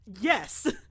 yes